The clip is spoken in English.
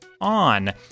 on